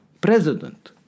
President